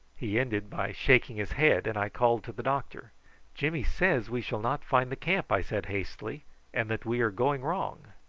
he ended by shaking his head, and i called to the doctor jimmy says we shall not find the camp! i said hastily and that we are going wrong.